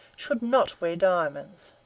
should not wear diamonds.